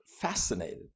fascinated